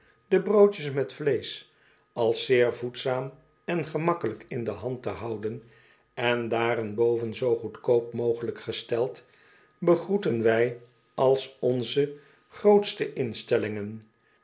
de broodjes met vleesch als zeer voedzaam en gemakkelijk in de hand te houden en daarenboven zoo goedkoop mogelijk gesteld begroetten wij als onze grootste instellingen